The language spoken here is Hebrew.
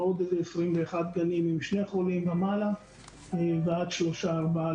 ועוד איזה 21 גנים ומעלה עד שלושה-ארבעה,